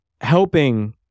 helping